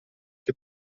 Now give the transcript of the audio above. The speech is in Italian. che